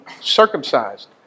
circumcised